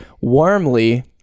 Warmly